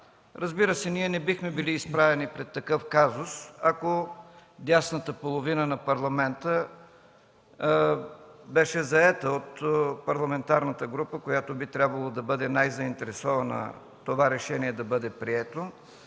Разбира се, ние не бихме били изправени пред такъв казус, ако дясната половина на Парламента беше заета от парламентарната група, която би трябвало да бъде най-заинтересована това решение да бъде прието,